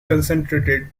concentrated